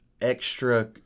extra